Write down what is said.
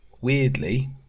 weirdly